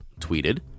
tweeted